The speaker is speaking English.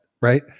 Right